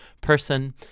person